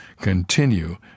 continue